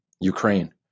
Ukraine